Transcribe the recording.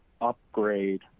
upgrade